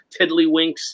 tiddlywinks